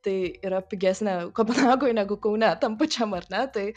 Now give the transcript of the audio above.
tai yra pigesnė kopenhagoj negu kaune tam pačiam ar ne tai